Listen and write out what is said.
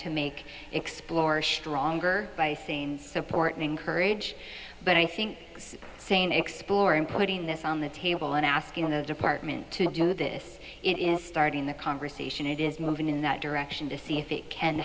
to make explore stronger by scene support and encourage but i think saying exploring putting this on the table and asking the department to do this it is starting the conversation it is moving in that direction to see if it can